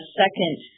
second